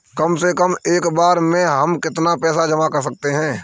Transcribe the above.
कम से कम एक बार में हम कितना पैसा जमा कर सकते हैं?